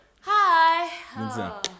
Hi